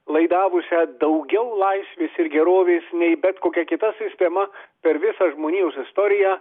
laidavusią daugiau laisvės ir gerovės nei bet kokia kita sistema per visą žmonijos istoriją